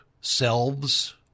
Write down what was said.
selves